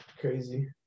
crazy